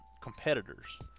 competitors